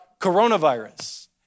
coronavirus